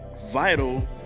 vital